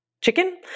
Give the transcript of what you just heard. chicken